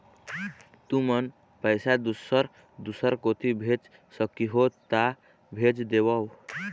तुमन पैसा दूसर दूसर कोती भेज सखीहो ता भेज देवव?